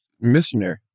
missionary